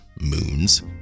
moons